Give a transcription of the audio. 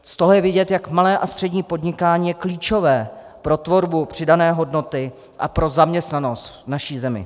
Z toho je vidět, jak je malé a střední podnikání klíčové pro tvorbu přidané hodnoty a pro zaměstnanost v naší zemi.